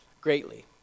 greatly